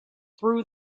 through